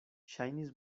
ŝajnis